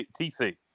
TC